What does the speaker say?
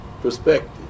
perspective